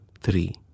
three